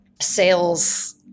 sales